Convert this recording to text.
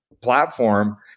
platform